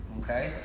Okay